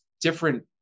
different